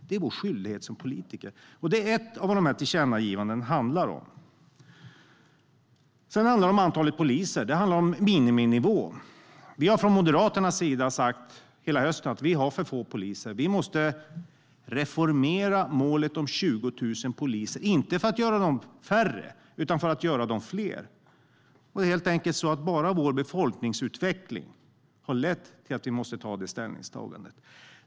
Det är vår skyldighet som politiker, och det är vad ett av tillkännagivandena handlar om. Sedan finns frågan om antalet poliser - en miniminivå. Vi har från Moderaternas sida hela hösten sagt att det finns för få poliser. Målet om 20 000 poliser måste reformeras, inte för att de ska bli färre utan för att de ska bli fler. Vår befolkningsutveckling har lett till det ställningstagandet.